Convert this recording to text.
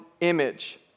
image